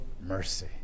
mercy